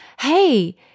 Hey